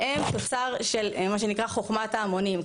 והם תוצר של, מה שנקרא, חוכמת ההמונים.